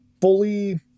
fully